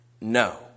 No